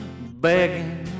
Begging